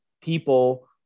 people